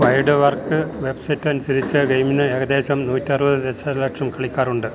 wide work website അനുസരിച്ച് ഗെയ്മിന് ഏകദേശം നൂറ്ററുപത് ദശലക്ഷം കളിക്കാറുണ്ട്